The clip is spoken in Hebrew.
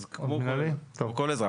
אז כמו כל אזרח,